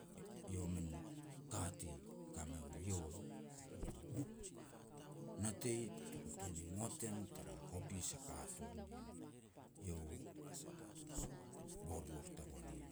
Iau a min ka ti ka meru iau u natei tuku tuan ni ngot en tara hopis a katun nien. Iau borbor tagoan ien.